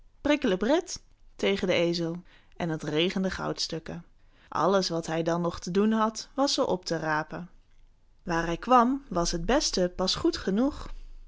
brikklebrit tegen zijn ezel en het regende goudstukken alles wat hij dan nog te doen had was ze op te rapen waar hij kwam was het beste hem pas goed genoeg